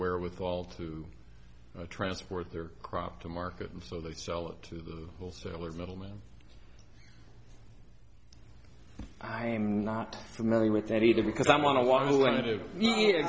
wherewithal to transport their crops to market so they sell it to the wholesalers little man i am not familiar with that either because i'm on